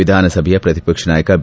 ವಿಧಾನಸಭೆಯ ಪ್ರತಿಪಕ್ಷ ನಾಯಕ ಬಿ